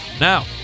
Now